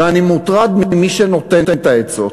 ואני מוטרד ממי שנותן את העצות.